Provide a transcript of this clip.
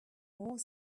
more